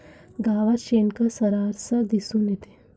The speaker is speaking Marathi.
गावात शेणखत सर्रास दिसून येते